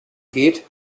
geht